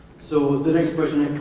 so the next question